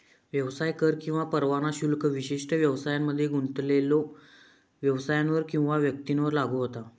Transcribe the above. व्यवसाय कर किंवा परवाना शुल्क विशिष्ट व्यवसायांमध्ये गुंतलेल्यो व्यवसायांवर किंवा व्यक्तींवर लागू होता